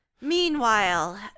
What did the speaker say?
Meanwhile